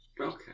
Okay